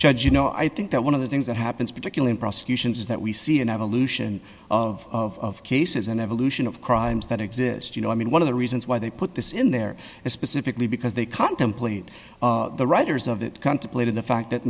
judge you know i think that one of the things that happens particularly prosecutions is that we see an evolution of cases and evolution of crimes that exist you know i mean one of the reasons why they put this in there is specifically because they contemplated the writers of the contemplated the fact that